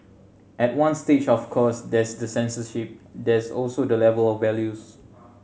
at one stage of course there's the censorship there's also the level of values